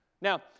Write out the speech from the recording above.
Now